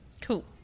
Cool